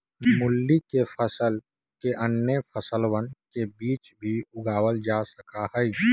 मूली के फसल के अन्य फसलवन के बीच भी उगावल जा सका हई